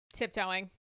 tiptoeing